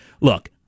Look